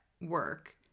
work